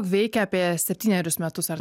veikia apie septynerius metus ar